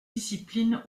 discipline